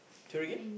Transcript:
sorry again